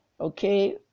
Okay